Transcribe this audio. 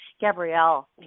Gabrielle